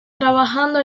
trabajando